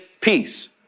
peace